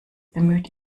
bemüht